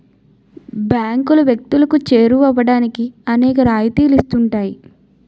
బ్యాంకులు వ్యక్తులకు చేరువవడానికి అనేక రాయితీలు ఇస్తుంటాయి